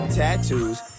Tattoos